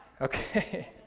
Okay